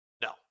No